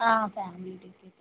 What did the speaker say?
family